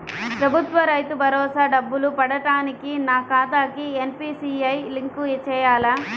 ప్రభుత్వ రైతు భరోసా డబ్బులు పడటానికి నా ఖాతాకి ఎన్.పీ.సి.ఐ లింక్ చేయాలా?